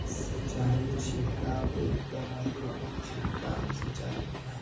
सिंचाई छिड़काव एक तरह क छिड़काव सिंचाई होला